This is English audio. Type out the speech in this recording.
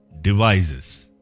devices